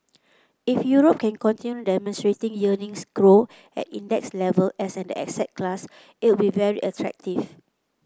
if Europe can continue demonstrating earnings growth at index level as an asset class it will very attractive